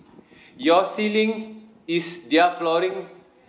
your ceiling is their flooring